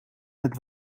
het